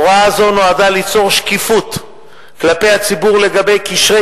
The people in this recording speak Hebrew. הוראה זו נועדה ליצור שקיפות כלפי הציבור לגבי קשרי